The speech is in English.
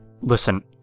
listen